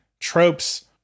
tropes